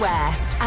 West